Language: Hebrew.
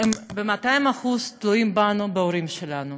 הם ב-200% תלויים בנו, בהורים שלהם.